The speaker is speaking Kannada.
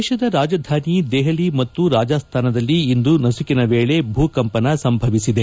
ದೇತದ ರಾಜಧಾನಿ ದೆಹಲಿ ಮತ್ತು ರಾಜಸ್ಥಾನದಲ್ಲಿ ಇಂದು ನಸುಕಿನ ವೇಳೆ ಭೂಕಂಪ ಸಂಭವಿಸಿದೆ